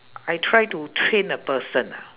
I try to train a person ah